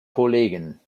kollegen